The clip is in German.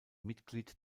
mitglied